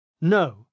No